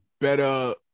better